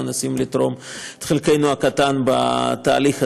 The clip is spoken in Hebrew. מנסים לתרום את חלקנו הקטן בתהליך הזה.